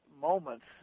moments